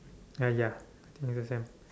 ah ya I think it's the same